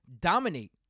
Dominate